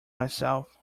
myself